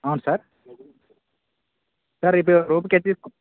అవును sir sir ఇప్పుడు రూముకి ఏంతీసుకు